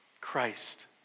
Christ